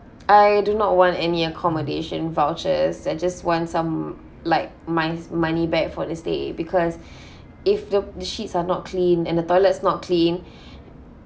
I do not want any accommodation vouchers I just want some like my money back for this stay because if the sheets are not clean and the toilet is not clean